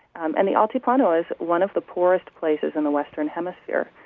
um and the altiplano is one of the poorest places in the western hemisphere.